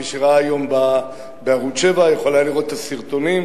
מי שראה היום בערוץ-7, יכול לראות את הסרטונים,